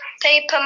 Paper